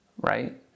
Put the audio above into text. right